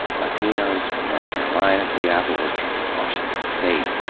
latinos from north carolina to the apple orchards of washington state.